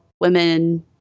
women